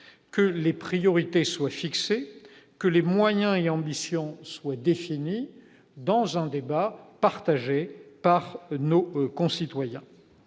que les priorités soient fixées, que les moyens et ambitions soient définis dans un débat partagé par nos concitoyens.